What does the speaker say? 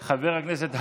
של חבר הכנסת האוזר,